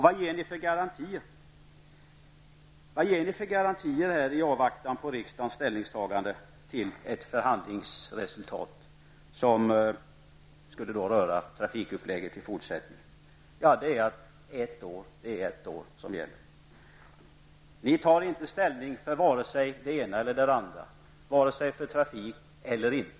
Vilka garantier ger ni i avvaktan på riksdagens ställningstagande till ett förhandlingsresultat som skulle beröra trafikläget i fortsättningen? Bara att det är ett år som gäller. Ni tar inte ställning vare sig för det ena eller det andra, vare sig för trafiken eller emot.